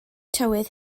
tywydd